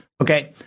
okay